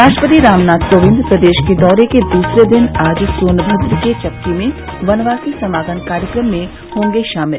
राष्ट्रपति रामनाथ कोविंद प्रदेश के दौरे के दूसरे दिन आज सोनभद्र के चपकी में वनवासी समागम कार्यक्रम में होंगे शामिल